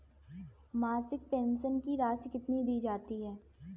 मासिक पेंशन की राशि कितनी दी जाती है?